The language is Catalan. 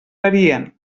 varien